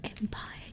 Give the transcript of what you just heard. empire